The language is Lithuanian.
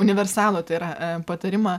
universalų tai yra patarimą